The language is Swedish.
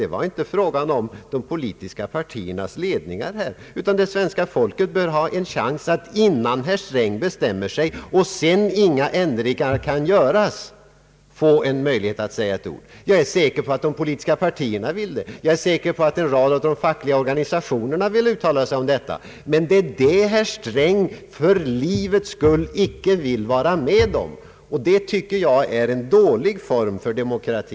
Det var inte enbart fråga om de politiska partiernas ledningar utan om svenska folket som bör ha en chans att säga ett oråd, innan herr Sträng bestämmer sig — sedan kan inga ändringar göras. Jag är säker på att de politiska partierna vill ha en sådan ordning, jag är säker på att en rad av de fackliga organisationerna också vill ha möjlighet att uttala sig. Men detta vill herr Sträng för sitt livs skull icke vara med om, och det tycker jag är en dålig form av demokrati.